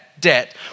debt